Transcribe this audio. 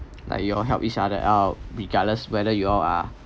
like you all help each other out regardless whether you all are